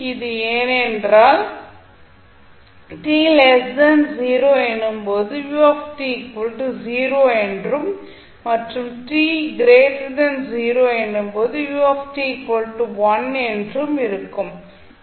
இது ஏனென்றால் t 0 எனும் போது u0 என்றும் மற்றும் t 0 எனும் போது u1 என்றும் இருக்கும்